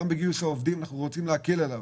בגיוס עובדים ואנחנו רוצים להקל עליו.